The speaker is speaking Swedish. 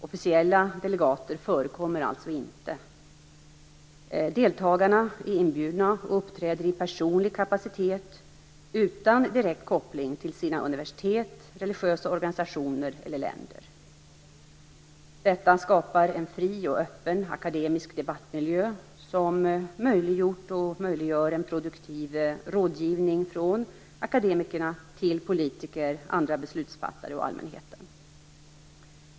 Officiella delegater förekommer alltså inte. Deltagarna är inbjudna och uppträder i personlig kapacitet utan direkt koppling till sina universitet, religiösa organisationer eller länder. Detta skapar en fri och öppen akademisk debattmiljö som möjliggjort och möjliggör en produktiv rådgivning från akademikerna till politiker, andra beslutsfattare och allmänheten.